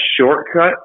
shortcut